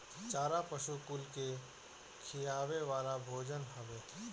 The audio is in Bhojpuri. चारा पशु कुल के खियावे वाला भोजन हवे